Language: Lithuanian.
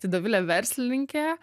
tai dovilė verslininkė